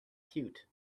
cute